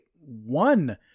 one